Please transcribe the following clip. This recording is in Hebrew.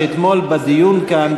שאתמול בדיון כאן,